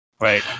right